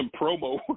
promo